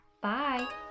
Bye